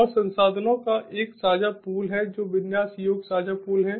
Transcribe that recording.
और संसाधनों का एक साझा पूल है जो विन्यास योग्य साझा पूल है